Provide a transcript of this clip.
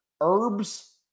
herbs